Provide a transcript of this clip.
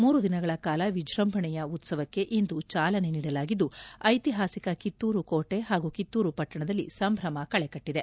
ಮೂರು ದಿನಗಳ ಕಾಲ ವಿಜೃಂಭಣೆಯ ಉತ್ಸವಕ್ಕೆ ಇಂದು ಚಾಲನೆ ನೀಡಿಲಾಗಿದ್ದು ಐತಿಹಾಸಿಕ ಕಿತ್ತೂರು ಕೋಟೆ ಹಾಗೂ ಕಿತ್ತೂರು ಪಟ್ಟಣದಲ್ಲಿ ಸಂಭ್ರಮ ಕಳೆಕಟ್ಟಿದೆ